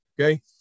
okay